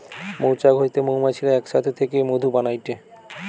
মৌচাক হইতে মৌমাছিরা এক সাথে থেকে মধু বানাইটে